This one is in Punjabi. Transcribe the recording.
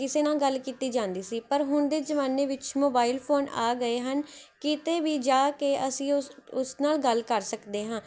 ਕਿਸੇ ਨਾਲ਼ ਗੱਲ ਕੀਤੀ ਜਾਂਦੀ ਸੀ ਪਰ ਹੁਣ ਦੇ ਜ਼ਮਾਨੇ ਵਿੱਚ ਮੋਬਾਇਲ ਫੋਨ ਆ ਗਏ ਹਨ ਕਿਤੇ ਵੀ ਜਾ ਕੇ ਅਸੀਂ ਉਸ ਉਸ ਨਾਲ਼ ਗੱਲ ਕਰ ਸਕਦੇ ਹਾਂ